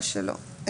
או שלא.